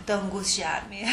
dangus žemėje